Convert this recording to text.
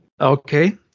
Okay